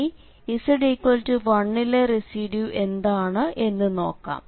ഇനി z1 ലെ residue എന്താണ് എന്ന് നോക്കാം